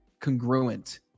congruent